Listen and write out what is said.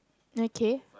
okay